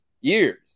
Years